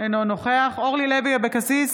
אינו נוכח אורלי לוי אבקסיס,